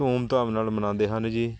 ਧੂਮ ਧਾਮ ਨਾਲ ਮਨਾਉਂਦੇ ਹਨ ਜੀ